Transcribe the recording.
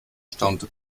staunte